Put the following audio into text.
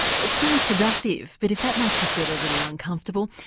it sounds seductive but if that makes you feel a little uncomfortable,